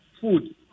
food